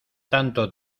tanto